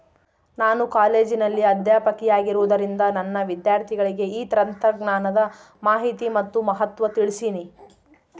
ನಾನು ಕಾಲೇಜಿನಲ್ಲಿ ಅಧ್ಯಾಪಕಿಯಾಗಿರುವುದರಿಂದ ನನ್ನ ವಿದ್ಯಾರ್ಥಿಗಳಿಗೆ ಈ ತಂತ್ರಜ್ಞಾನದ ಮಾಹಿನಿ ಮತ್ತು ಮಹತ್ವ ತಿಳ್ಸೀನಿ